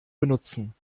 benutzen